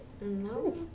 No